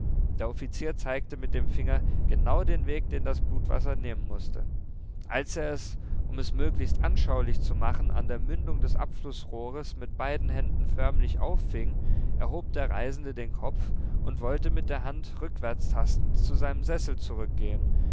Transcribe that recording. der offizier zeigte mit dem finger genau den weg den das blutwasser nehmen mußte als er es um es möglichst anschaulich zu machen an der mündung des abflußrohres mit beiden händen förmlich auffing erhob der reisende den kopf und wollte mit der hand rückwärts tastend zu seinem sessel zurückgehen